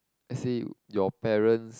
let's say your parents